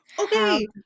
Okay